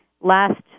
last